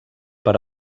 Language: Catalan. per